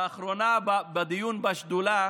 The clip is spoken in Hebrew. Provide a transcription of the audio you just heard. לאחרונה, בדיון בשדולה,